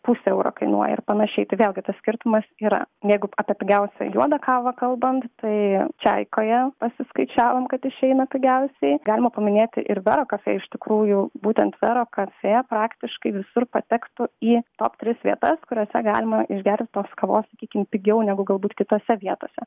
pusę euro kainuoja ir panašiai tai vėlgi tas skirtumas yra jeigu apie pigiausią juodą kavą kalbant tai čiaikoje pasiskaičiavom kad išeina pigiausiai galima paminėti ir vero cafe iš tikrųjų būtent vero cafe praktiškai visur patektų į top tris vietas kuriose galima išgert tos kavos sakykim pigiau negu galbūt kitose vietose